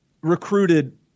recruited